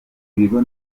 ibigo